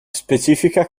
specifica